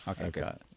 Okay